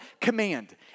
command